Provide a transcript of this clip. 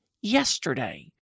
yesterday